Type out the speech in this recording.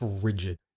frigid